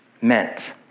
meant